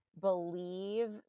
believe